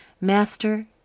Master